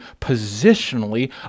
positionally